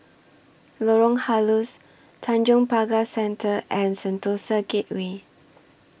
Lorong Halus Tanjong Pagar Centre and Sentosa Gateway